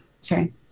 Sorry